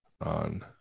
on